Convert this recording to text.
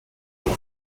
were